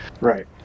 Right